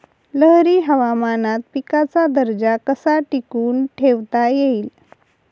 लहरी हवामानात पिकाचा दर्जा कसा टिकवून ठेवता येईल?